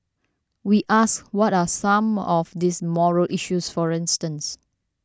we asked what were some of these morale issues for instance